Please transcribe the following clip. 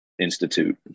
institute